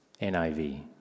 NIV